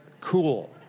cool